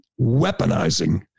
weaponizing